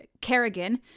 Kerrigan